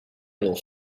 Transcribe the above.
los